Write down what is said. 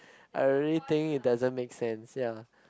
I really think it doesn't make sense ya